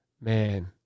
man